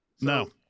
No